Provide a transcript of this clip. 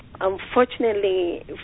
Unfortunately